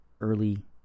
Early